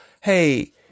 Hey